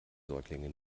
säuglinge